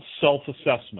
self-assessment